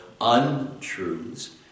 untruths